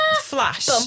Flash